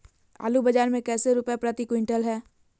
आलू बाजार मे कैसे रुपए प्रति क्विंटल है?